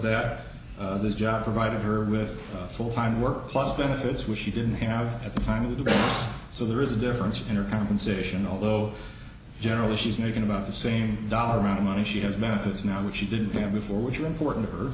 that this job provided her with full time work plus benefits which she didn't have at the time to do so there is a difference in her compensation although generally she's making about the same dollar amount of money she has benefits now which she didn't have before which are important to her